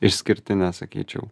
išskirtinė sakyčiau